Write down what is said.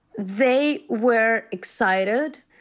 they were excited.